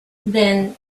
then